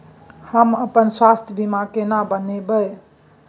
हम अपन स्वास्थ बीमा केना बनाबै?